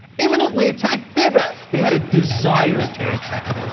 imminently attack they but they had a desire to attack.